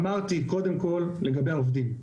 אמרתי קודם כל לגבי העובדים.